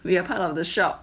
we are part of the shop